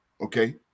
okay